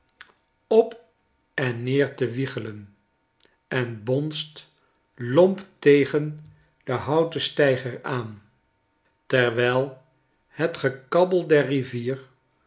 op en neer te wiegelen en bonst lomp tegen den houten steiger aan terwijl het gekabbel der rivier